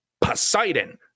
Poseidon